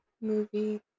movie